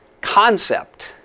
concept